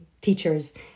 teachers